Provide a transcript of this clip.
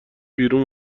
بیرون